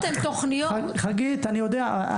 חגית, אני יודע.